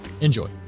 Enjoy